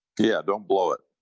yeah don't blow or